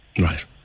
Right